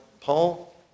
Paul